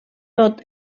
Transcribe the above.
tot